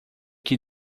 que